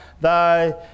thy